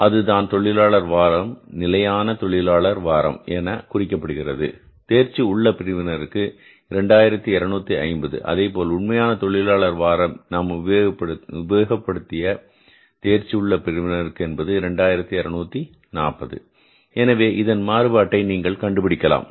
அதுதான் தொழிலாளர் வாரம் நிலையான தொழிலாளர் வாரம் என குறிக்கப்பட்டது தேர்ச்சி உள்ள பிரிவினருக்கு 2250 அதேபோல் உண்மையான தொழிலாளர் வாரம் நாம் உபயோகித்த தேர்ச்சி உள்ள பிரிவினருக்கு என்பது 2240 எனவே இதன் மாறுபாட்டை நீங்கள் கண்டுபிடிக்கலாம்